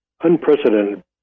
unprecedented